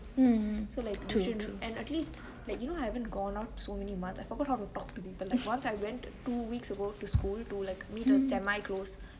so and at least you know I haven't gone out for so many months I forgot how to talk to people like once I went two weeks ago to school to meet a semi close like